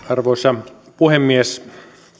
arvoisa puhemies